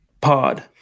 pod